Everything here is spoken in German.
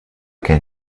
kein